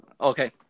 okay